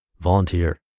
volunteer